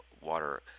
water